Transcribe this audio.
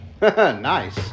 nice